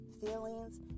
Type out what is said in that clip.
feelings